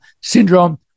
syndrome